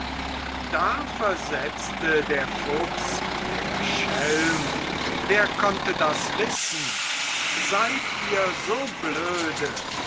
da versetzte der fuchs der schelm wer konnte das wissen seid ihr so blöde